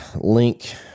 link